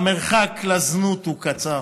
והמרחק לזנות הוא קצר.